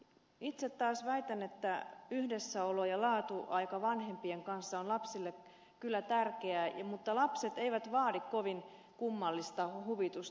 itse taas väitän että yhdessäolo ja laatuaika vanhempien kanssa on lapsille kyllä tärkeää mutta lapset eivät vaadi kovin kummallista huvitusta